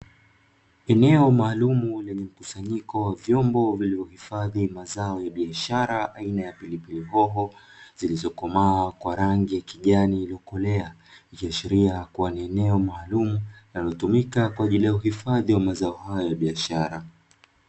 Eneo maalumu lenye mkusanyiko wa vyombo vilivyohifadhi mazao ya biashara aina ya pilipili hoho zilizokomaa kwa rangi ya kijani iliyokolea, ikiashiria kuwa ni eneo maalumu na linalotumika kwa ajili ya uhifadhi wa mazao hayo ya biashara.